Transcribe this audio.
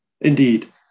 Indeed